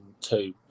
two